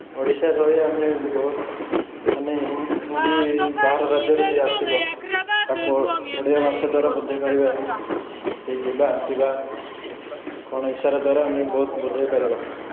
ଓଡ଼ିଶାରେ ରହି ଆମେ ବହୁତ ମାନେ ହିନ୍ଦ ହିନ୍ଦୀ ବାହାର ରାଜ୍ୟରୁ ଯିଏ ଆସିବ ତାକୁ ଓଡ଼ିଆ ଭାଷା ଦ୍ୱାରା ବୁଝେଇ ପାରିବା କି ଯିବାଆସିବା କ'ଣ ଇସାରା ଦ୍ୱାରା ଆମେ ବହୁତ ବୁଝେଇ ପାରିବା